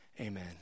amen